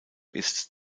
ist